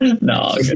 No